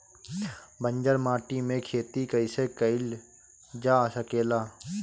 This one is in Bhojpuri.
बंजर माटी में खेती कईसे कईल जा सकेला?